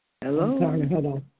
Hello